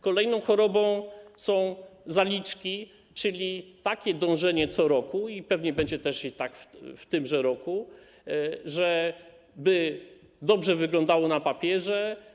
Kolejną chorobą są zaliczki, czyli dążenie co roku, i pewnie będzie też tak i w tymże roku, żeby dobrze wyglądało na papierze.